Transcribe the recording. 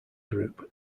group